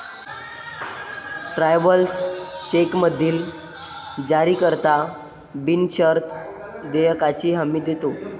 travellers चेकमधील जारीकर्ता बिनशर्त देयकाची हमी देतो